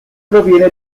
proviene